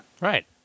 Right